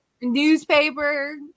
newspaper